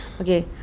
okay